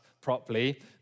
properly